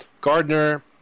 Gardner